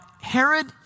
Herod